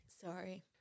Sorry